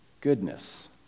goodness